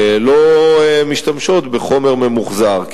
והן לא משתמשות בחומר ממוחזר.